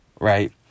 right